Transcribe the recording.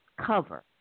cover